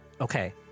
Okay